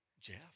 Jeff